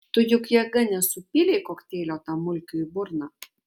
tu juk jėga nesupylei kokteilio tam mulkiui į burną